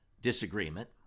disagreement